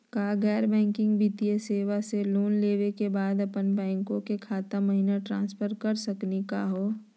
का गैर बैंकिंग वित्तीय सेवाएं स लोन लेवै के बाद अपन बैंको के खाता महिना ट्रांसफर कर सकनी का हो?